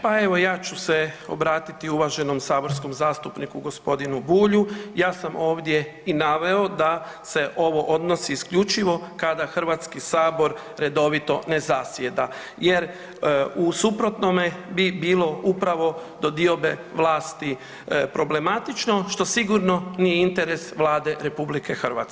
Pa evo ja ću se obratiti uvaženom saborskom zastupniku gospodinu Bulju, ja sam ovdje i naveo da se ovo odnosi isključivo kada Hrvatski sabor redovito ne zasjeda jer u suprotnome bi bilo upravo do diobe vlasti problematično što sigurno nije interes Vlade RH.